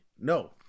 no